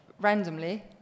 randomly